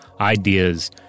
ideas